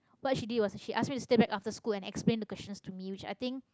what she did was she asked me to stay back after school and explained the questions to me which I think